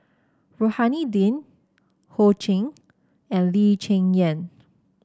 Rohani Din Ho Ching and Lee Cheng Yan